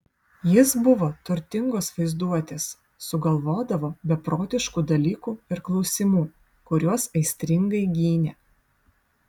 jis buvo turtingos vaizduotės sugalvodavo beprotiškų dalykų ir klausimų kuriuos aistringai gynė